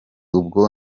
ubwo